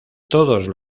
todo